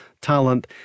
talent